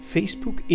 Facebook